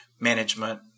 management